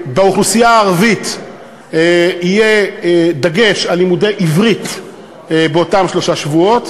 באוכלוסייה הערבית יהיה דגש על לימודי עברית באותם שלושה שבועות.